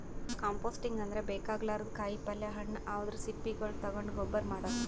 composting ಅಂದ್ರ ಬೇಕಾಗಲಾರ್ದ್ ಕಾಯಿಪಲ್ಯ ಹಣ್ಣ್ ಅವದ್ರ್ ಸಿಪ್ಪಿಗೊಳ್ ತಗೊಂಡ್ ಗೊಬ್ಬರ್ ಮಾಡದ್